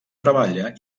treballa